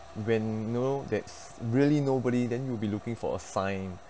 when you know there's really nobody then you'll be looking for a sign